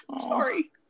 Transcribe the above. sorry